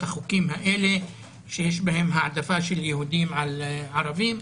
החוקים שיש בהם העדפה של יהודים על ערבים.